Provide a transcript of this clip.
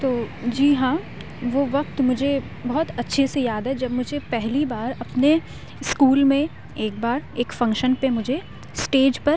تو جی ہاں وہ وقت مجھے بہت اچھے سے یاد ہے جب مجھے پہلی بار اپنے اسکول میں ایک بار ایک فنکشن پہ مجھے اسٹیج پر